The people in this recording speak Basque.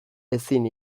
ezin